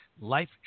Life